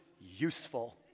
useful